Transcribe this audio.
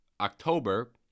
October